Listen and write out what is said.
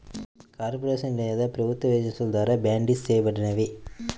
కార్పొరేషన్లు లేదా ప్రభుత్వ ఏజెన్సీల ద్వారా బాండ్సిస్ చేయబడినవి